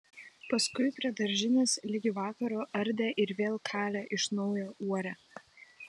paskui prie daržinės ligi vakaro ardė ir vėl kalė iš naujo uorę